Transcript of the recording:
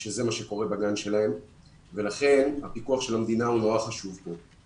שזה מה שקורה בגן שלהם ולכן הפיקוח של המדינה הוא מאוד חשוב כאן.